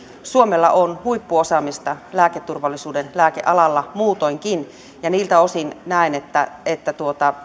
suomella on huippuosaamista lääketurvallisuuden alalla lääkealalla muutoinkin ja niiltä osin näen että että